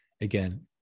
Again